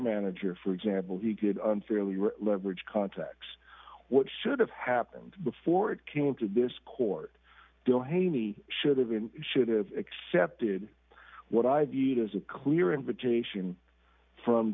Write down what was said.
manager for example unfairly leverage contacts what should have happened before it came to this court don't pay me should have been should have accepted what i viewed as a clear invitation from